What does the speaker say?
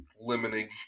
limiting